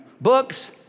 Books